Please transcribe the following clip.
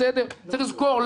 צריך לזכור,